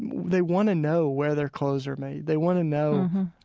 they want to know where their clothes are made. they want to know,